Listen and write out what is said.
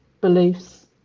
beliefs